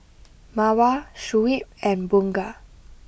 Mawar Shuib and Bunga